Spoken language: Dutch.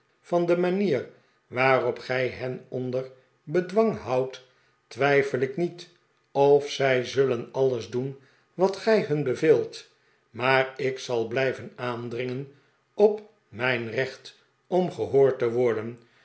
van de manier waarop gij hen onder bedwang houdt twijfel ik niet of zij zullen alles doen'wat gij hun beveelt maar ik zal blijven aandringen op mijn recht om gehoord te worden